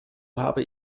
habe